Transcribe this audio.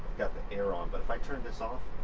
got the air on, but if i turn this off.